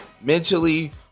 mentally